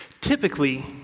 Typically